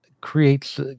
Creates